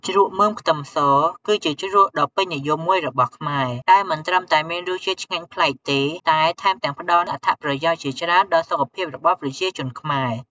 ជ្រក់មើមខ្ទឹមស គឺជាជ្រក់ដ៏ពេញនិយមមួយរបស់ខ្មែរ ដែលមិនត្រឹមតែមានរសជាតិឆ្ងាញ់ប្លែកទេ តែថែមទាំងផ្តល់អត្ថប្រយោជន៍ជាច្រើនដល់សុខភាពរបស់ប្រជាជនខ្មែរ។